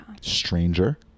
Stranger